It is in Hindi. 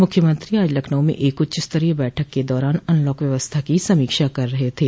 मुख्यमंत्री आज लखनऊ में एक उच्चस्तरीय बैठक के दौरान अनलाक व्यवस्था की समीक्षा कर रहे थे